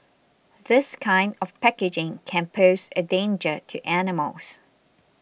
this kind of packaging can pose a danger to animals